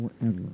forever